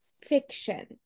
fiction